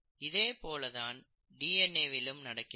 இதே போல் தான் டிஎன்ஏ விலும் நடக்கிறது